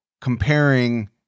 comparing